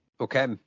Okay